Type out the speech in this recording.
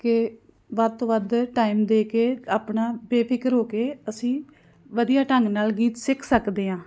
ਕਿ ਵੱਧ ਤੋਂ ਵੱਧ ਟਾਈਮ ਦੇ ਕੇ ਆਪਣਾ ਬੇਫਿਕਰ ਹੋ ਕੇ ਅਸੀਂ ਵਧੀਆ ਢੰਗ ਨਾਲ ਗੀਤ ਸਿੱਖ ਸਕਦੇ ਹਾਂ